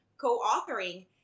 co-authoring